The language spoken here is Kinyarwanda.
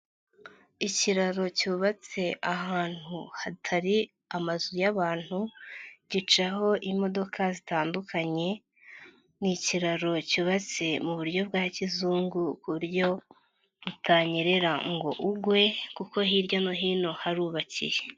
Ikiraro cyubatse ahantu hatari amazu y'abantu gicaho imodoka zitandukanye, ni ikiraro cyubatse mu buryo bwa kizungu ku buryo utanyerera ngo ugwe kuko hirya no hino harubakiye.